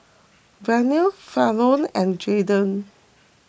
Vernal Falon and Jadiel